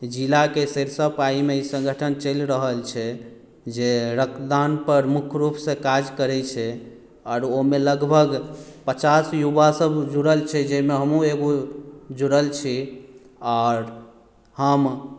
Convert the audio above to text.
जिलाकेँ सरिसवपाहीमे ई संगठन चलि रहल छै जे रक्तदान पर मुख्य रूपसँ काज करै छै आओर ओ मे लगभग पचास युवा सब जुड़ल छै जाहिमे हमहूँ एगो जुड़ल छी आओर हम